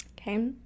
Okay